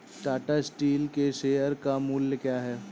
Tata steel के शेयर का मूल्य क्या है?